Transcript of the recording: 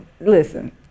Listen